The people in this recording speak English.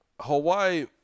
Hawaii